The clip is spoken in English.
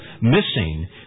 missing